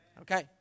Okay